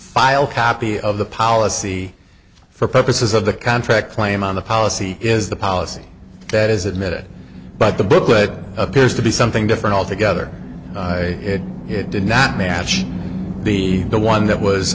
file copy of the policy for purposes of the contract claim on the policy is the policy that is admitted but the booklet appears to be something different altogether it did not match the the one that was